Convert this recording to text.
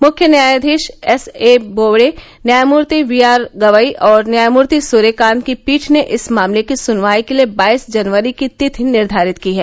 मुख्य न्यायाधीश S A Bobde न्यायमूर्ति वी आर गवई और न्यायमूर्ति सूर्यकांत की पीठ ने इस मामले की सुनवाई के लिए बाईस जनवरी की तिथि निर्घारित की है